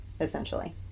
Essentially